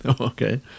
Okay